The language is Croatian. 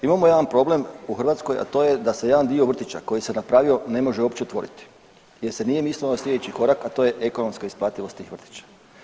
Imamo jedan problem u Hrvatskoj, a to je da se jedan dio vrtića koji se napravio ne može uopće otvoriti jer se nije mislilo na slijedeći korak, a to je ekonomska isplativost tih vrtića.